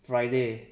friday